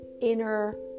inner